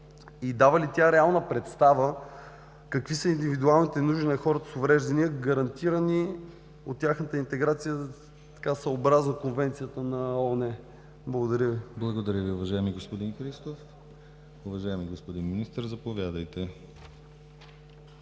и дава ли тя реална представа какви са индивидуалните нужди на хората с увреждания, гарантирани от тяхната интеграция, съобразно Конвенцията на ООН? Благодаря Ви. ПРЕДСЕДАТЕЛ ДИМИТЪР ГЛАВЧЕВ: Благодаря Ви, уважаеми господин Христов. Уважаеми господин Министър, заповядайте